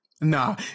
Nah